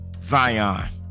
Zion